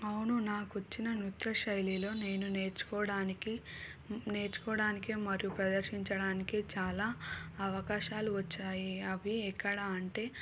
అవును నాకొచ్చిన నృత్యశైలిలో నేను నేర్చుకోవడానికి నేర్చుకోవడానికి మరియు ప్రదర్శించడానికి చాలా అవకాశాలు వచ్చాయి అవి ఎక్కడ అంటే